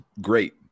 great